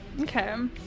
okay